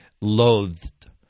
loathed